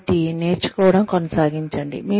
కాబట్టి నేర్చుకోవడం కొనసాగించండి